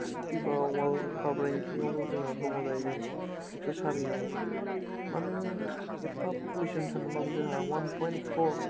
फिफा world cup रेंकिंआव जोंना दङ जाहैबाय एक्स' सारियाव मानो एफ्फा पपुलेसन थानाबाबो जोंहा वान पयन्त फर